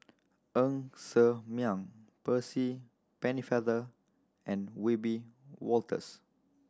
Ng Ser Miang Percy Pennefather and Wiebe Wolters